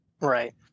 right